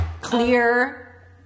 Clear